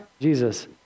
Jesus